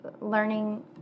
learning